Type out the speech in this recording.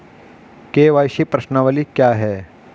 KYC प्रश्नावली क्या है?